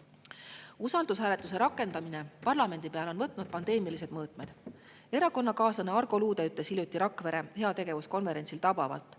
kurja. Usaldushääletuse rakendamine parlamendis on võtnud pandeemilised mõõtmed. Erakonnakaaslane Argo Luude ütles hiljuti Rakvere heategevuskonverentsil tabavalt,